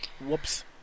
Whoops